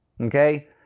okay